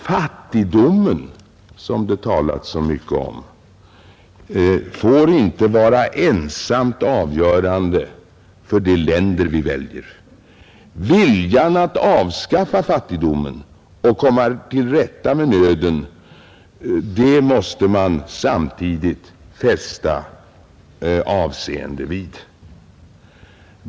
Fattigdomen, som det talats så mycket om, får inte vara ensamt avgörande för de länder vi väljer; viljan att avskaffa fattigdomen och komma till rätta med nöden måste man samtidigt fästa avseende vid.